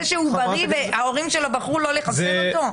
שהוא בריא וההורים שלו בחרו לא לחסן אותו?